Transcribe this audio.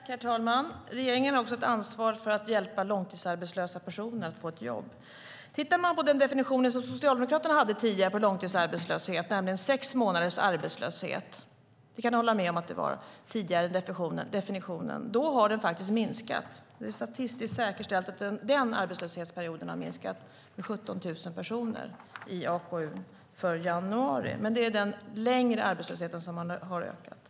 Herr talman! Regeringen har också ett ansvar för att hjälpa långtidsarbetslösa personer att få ett jobb. Tittar man på den definition på långtidsarbetslöshet som Socialdemokraterna hade tidigare, nämligen sex månaders arbetslöshet - och ni kan hålla med om att det var den tidigare definitionen - har den faktiskt minskat. Det är statistiskt säkerställt att antalet personer som var arbetslösa den perioden har minskat med 17 000 i arbetskraftsundersökningen för januari. Det är alltså den längre arbetslösheten som har ökat.